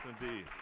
indeed